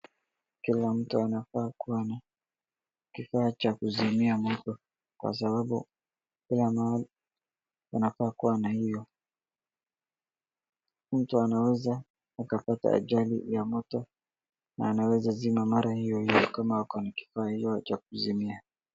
Kila mtu ana kuwa na kifaa cha kuzimia moto kwa sababu pia nawe unafaa kuwa na hiyo. Mtu anaweza akapata ajali ya moto na anaweza zima mara hiyohiyo kama ako na kifaa hiyo ya kuzimia.